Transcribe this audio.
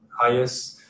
highest